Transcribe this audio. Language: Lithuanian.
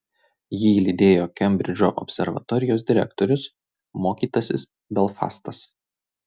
jį lydėjo kembridžo observatorijos direktorius mokytasis belfastas